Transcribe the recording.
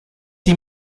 die